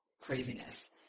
craziness